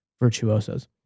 virtuosos